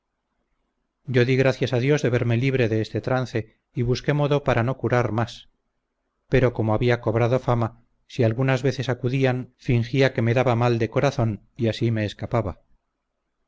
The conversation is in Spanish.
yo di gracias a dios de verme libre de este trance y busqué modo para no curar más pero como había cobrado fama si algunas veces acudían fingía que me daba mal de corazón y así me escapaba